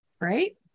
right